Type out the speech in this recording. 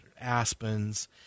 aspens